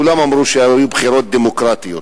כולם אמרו שהן היו בחירות דמוקרטיות.